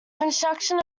construction